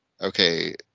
Okay